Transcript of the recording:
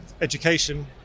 education